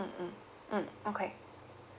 mm mm mm okay